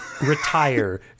retire